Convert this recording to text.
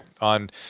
on